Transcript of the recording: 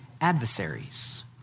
adversaries